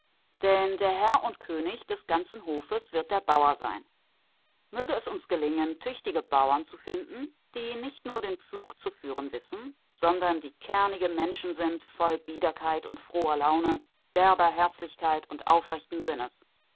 denn der herr und könig des ganzen hofes wird der bauer sein möge es uns gelingen tüchtige bauern zu finden die nicht nur den pflug zu führen wissen sondern die kernige menschen sind voll biederkeit und froher laune derber herzlichkeit und aufrechten sinnes